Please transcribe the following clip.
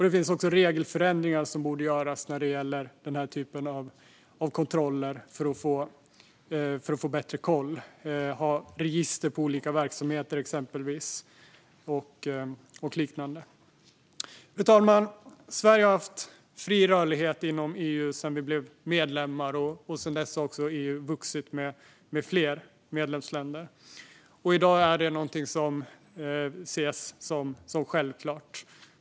Det finns också regelförändringar som borde göras när det gäller denna typ av kontroller för att få bättre koll. Det handlar exempelvis om att ha register över olika verksamheter och liknande. Fru talman! Sverige har haft fri rörlighet inom EU sedan vi blev medlemmar. Sedan dess har EU vuxit med fler medlemsländer. I dag är detta något som ses som självklart.